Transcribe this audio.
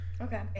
okay